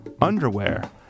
underwear